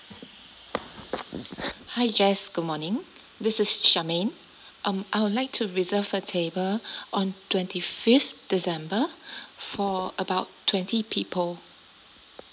hi jess good morning this is charmaine um I would like to reserve a table on twenty fifth december for about twenty people